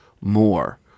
more